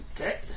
Okay